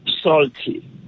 salty